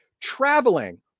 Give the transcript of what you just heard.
traveling